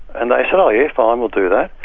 and they said, oh yeah, fine. we'll do that.